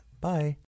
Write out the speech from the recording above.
bye